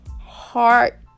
heart